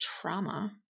trauma